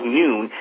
noon